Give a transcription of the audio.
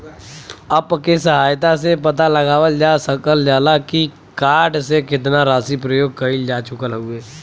app के सहायता से पता लगावल जा सकल जाला की कार्ड से केतना राशि प्रयोग कइल जा चुकल हउवे